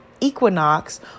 equinox